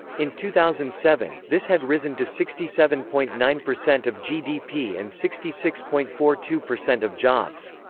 in two thousand and seven, this had risen to sixty seven point nine percent of gdp and sixty six point four two percent of jobs.